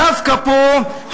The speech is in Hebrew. דווקא פה,